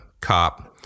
cop